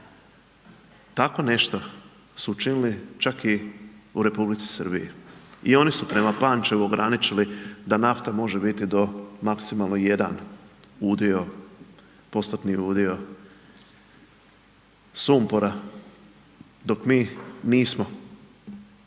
Tako nešto su učinili čak i u Republici Srbiji i oni su prema Pančevu ograničili da nafta može biti do maksimalno 1 udio, postotni udio sumpora, dok mi nismo to učinili.